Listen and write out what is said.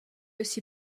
aussi